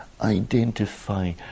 identify